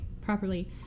properly